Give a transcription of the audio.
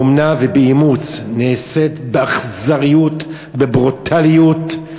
באומנה ובאימוץ, נעשה באכזריות ובברוטליות,